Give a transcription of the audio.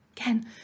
Again